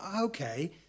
okay